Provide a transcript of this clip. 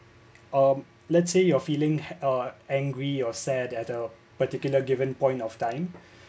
um let's say you're feeling a angry or sad at a particular given point of time